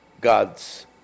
God's